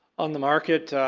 on the market,